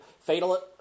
Fatal